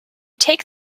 take